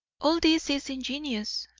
all this is ingenious,